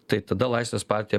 tai tada laisvės partija